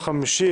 יום חמישי,